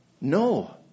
No